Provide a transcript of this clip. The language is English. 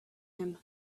him